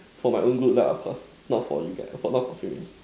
for my own good lah of course not for you guys not for females